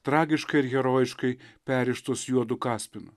tragiškai ir herojiškai perrištos juodu kaspinu